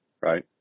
right